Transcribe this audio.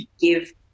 give